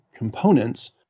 components